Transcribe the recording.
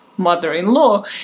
mother-in-law